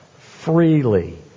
freely